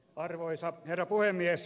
arvoisa herra puhemies